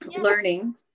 learning